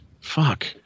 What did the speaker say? Fuck